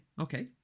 okay